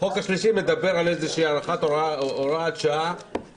החוק השלישי מדבר על הארכת הוראת שעה